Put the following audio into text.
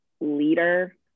leader